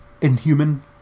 inhuman